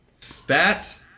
fat